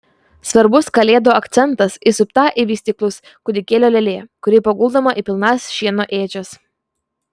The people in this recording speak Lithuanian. svarbus kalėdų akcentas įsupta į vystyklus kūdikėlio lėlė kuri paguldoma į pilnas šieno ėdžias